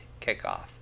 Kickoff